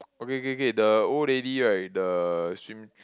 okay okay okay the old lady right the swim